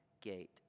gate